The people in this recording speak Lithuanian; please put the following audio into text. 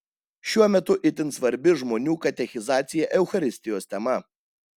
šiuo metu itin svarbi žmonių katechizacija eucharistijos tema